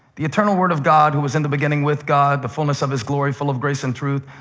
the eternal word of god, who was in the beginning with god, the fullness of his glory, full of grace and truth,